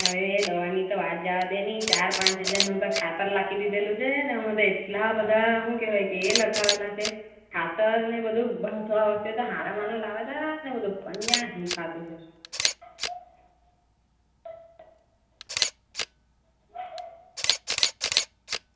અરે તો વાત જવા દે ને ચાર પાંચ હજારનું તો ખાતર લખી દીધેલું છે ને અમે તો એટલા બધા શું કહેવાય કે એ લખાવેલા છે ખાતરને બધું આ વખતે તો સારામાંનું લાવેલા ને બધું કોણ જાણે શું થતું છે